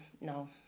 no